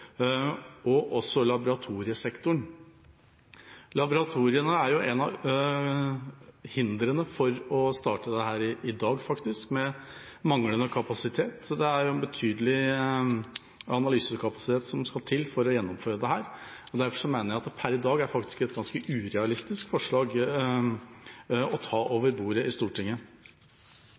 og også laboratoriesektoren. Laboratoriene er et av hindrene for å starte dette i dag, med manglende kapasitet. Det er en betydelig analysekapasitet som skal til for å gjennomføre dette. Derfor mener jeg at det per i dag er et ganske urealistisk forslag å ta